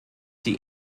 die